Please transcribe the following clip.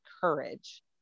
courage